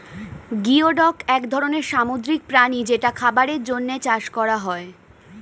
geoduck এক ধরনের সামুদ্রিক প্রাণী যেটা খাবারের জন্যে চাষ করা হয়